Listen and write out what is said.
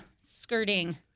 skirting